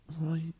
Right